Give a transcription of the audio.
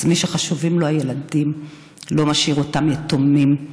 אז מי שחשובים לו הילדים לא משאיר אותם יתומים,